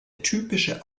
typische